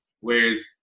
Whereas